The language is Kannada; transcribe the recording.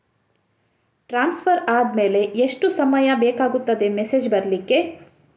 ಟ್ರಾನ್ಸ್ಫರ್ ಆದ್ಮೇಲೆ ಎಷ್ಟು ಸಮಯ ಬೇಕಾಗುತ್ತದೆ ಮೆಸೇಜ್ ಬರ್ಲಿಕ್ಕೆ?